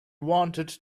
wanted